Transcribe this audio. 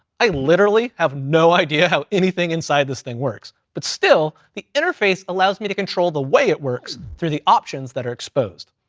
i literally have no idea how anything inside this thing works, but still the interface allows me to control the way it works through the options that are exposed.